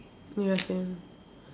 ya same